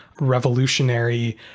revolutionary